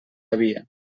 havia